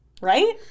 Right